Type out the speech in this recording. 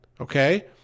Okay